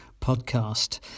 podcast